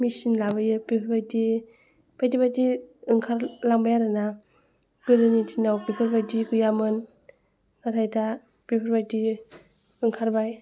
मेचिन लाबोयो बेफोरबायदि बायदि बायदि ओंखारलांबाय आरो ना गोदोनि दिनाव बेफोरबायदि गैयामोन ओरै दा बेफोरबायदि ओंखारबाय